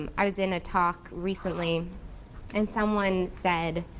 um i was in a talk recently and someone said,